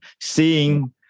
seeing